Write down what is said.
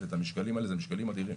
את המשקלים האלה אלה משקלים אדירים